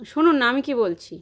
শুনুন না আমি কি বলছি